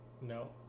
no